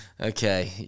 okay